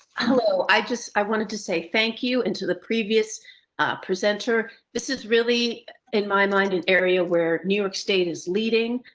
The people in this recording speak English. hello, i just i wanted to say, thank you into the previous presenter. this is really in my mind an area where new york state is leading,